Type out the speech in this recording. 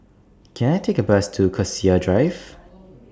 Can I Take A Bus to Cassia Drive